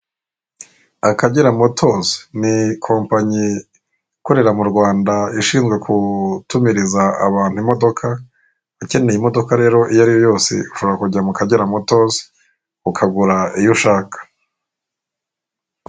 Akagera motozi ni kompanyi ikorera murwanda ishinzwe gutumiriza abantu imodoka ukeneye imodoka rero iyariyo yose ushobora kujya mukagera motozi ukagura iyo ushaka.